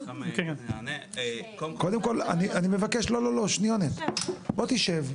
קודם כל --- קודם כל, בוא תשב.